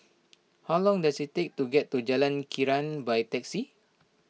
how long does it take to get to Jalan Krian by taxi